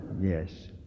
Yes